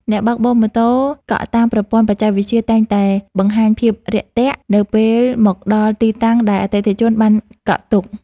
អ្នកបើកបរម៉ូតូកក់តាមប្រព័ន្ធបច្ចេកវិទ្យាតែងតែបង្ហាញភាពរាក់ទាក់ នៅពេលមកដល់ទីតាំងដែលអតិថិជនបានកក់ទុក។